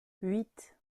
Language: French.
huit